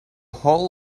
hull